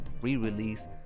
re-release